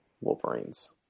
Wolverines